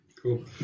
Cool